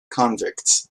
convicts